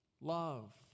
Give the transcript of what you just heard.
love